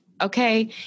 Okay